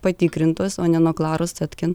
patikrintos o ne nuo klaros cetkin